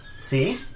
See